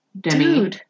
Demi